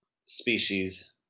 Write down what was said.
species